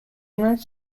united